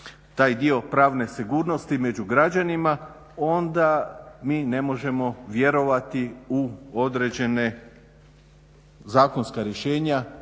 taj dio pravne sigurnosti među građanima onda mi ne možemo vjerovati u određena zakonska rješenja